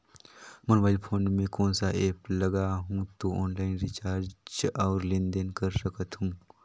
मोर mobile phone मे कोन सा एप्प लगा हूं तो ऑनलाइन रिचार्ज और लेन देन कर सकत हू?